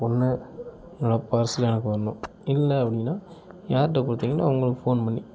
ஒன்று என்னோட பார்சல் எனக்கு வர்ணும் இல்லை அப்படின்னா யார்கிட்ட கொடுத்திங்களோ அவங்களுக்கு ஃபோன் பண்ணி